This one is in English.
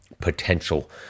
potential